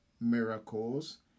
miracles